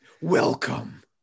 Welcome